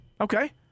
Okay